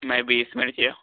ਮੈਂ ਵੀਹ ਕ ਮਿੰਟ ਚ